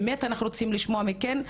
באמת אנחנו רוצים לשמוע מכן,